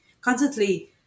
constantly